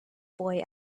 boy